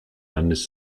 landes